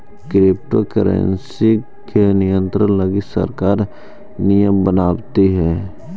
crypto currency के नियंत्रण लगी सरकार नियम बनावित हइ